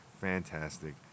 Fantastic